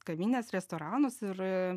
kavines restoranus ir